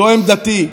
זאת עמדתי.